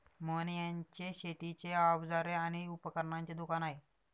मोहन यांचे शेतीची अवजारे आणि उपकरणांचे दुकान आहे